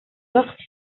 وقت